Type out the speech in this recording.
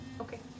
Okay